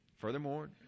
Furthermore